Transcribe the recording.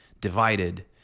divided